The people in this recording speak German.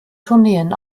tourneen